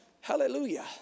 Hallelujah